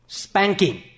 spanking